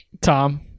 Tom